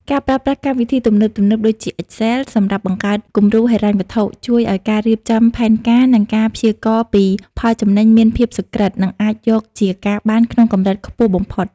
ការប្រើប្រាស់កម្មវិធីទំនើបៗដូចជា Excel សម្រាប់បង្កើតគំរូហិរញ្ញវត្ថុ ជួយឱ្យការរៀបចំផែនការ និងការព្យាករណ៍ពីផលចំណេញមានភាពសុក្រឹត និងអាចយកជាការបានក្នុងកម្រិតខ្ពស់បំផុត។